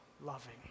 loving